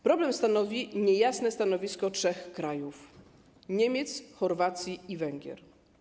Problem stanowi niejasne stanowisko trzech krajów: Niemiec, Chorwacji i Węgier.